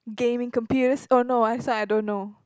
gaming computers oh no I suck I don't know